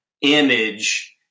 image